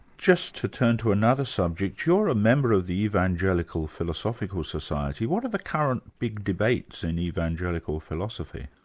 just to turn to another subject, you're a member of the evangelical philosophical society what are the current big debates in evangelical philosophy?